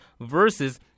versus